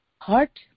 heart